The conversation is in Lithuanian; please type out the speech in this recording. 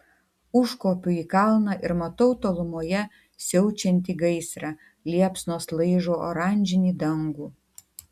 užkopiu į kalną ir matau tolumoje siaučiantį gaisrą liepsnos laižo oranžinį dangų